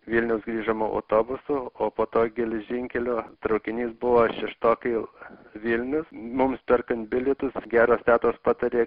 vilniaus grįžome autobusu o po to geležinkelio traukinys buvo šeštokai vilnius mums perkant bilietus geros tetos patarė